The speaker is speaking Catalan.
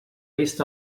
vist